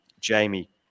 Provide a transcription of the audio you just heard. Jamie